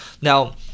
Now